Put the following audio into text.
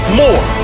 more